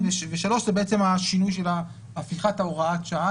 ו-(3) זה השינוי של הפיכת הוראת השעה